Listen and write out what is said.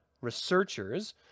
researchers